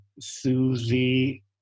Susie